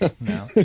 No